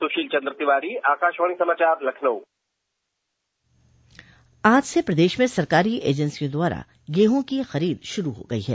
सुशील चंद्र तिवारी आकाशवाणी समाचार लखनऊ आज से प्रदेश में सरकारी एजेंसियों द्वारा गेहूँ की खरीद शुरू हो गई है